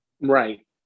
Right